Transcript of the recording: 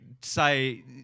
say